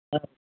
ಹಾಂ